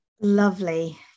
Lovely